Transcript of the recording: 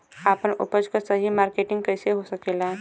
आपन उपज क सही मार्केटिंग कइसे हो सकेला?